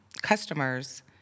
customers